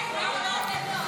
הסתייגות 90 לא נתקבלה.